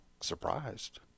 surprised